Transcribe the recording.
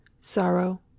sorrow